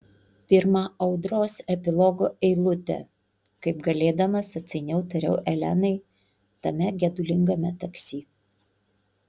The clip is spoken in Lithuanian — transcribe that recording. pirma audros epilogo eilutė kaip galėdamas atsainiau tariau elenai tame gedulingame taksi